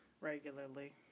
Regularly